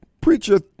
Preacher